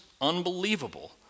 unbelievable